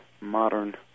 modern